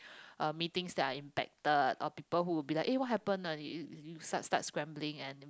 uh meetings that are impacted or people who will be like ah what happened ah you start start scrambling and